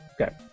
Okay